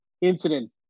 incident